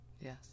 Yes